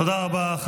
תודה רבה.